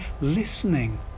listening